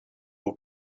who